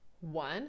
One